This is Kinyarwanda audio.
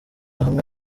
hamwe